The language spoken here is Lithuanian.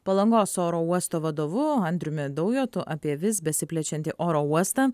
palangos oro uosto vadovu andriumi daujotu apie vis besiplečiantį oro uostą